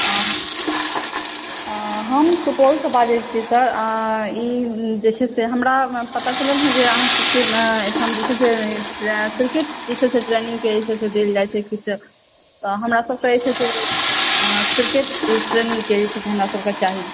हम सुपौल सॅं बाजै छी सर आ ई जे छै हमरा सब के पता चलल अइ जे अहाँ के ओहिठाम क्रिकेट के ट्रेनिंग देल जाइ छै तऽ हमरा सबकेॅं क्रिकेट के ट्रेनिंग चाही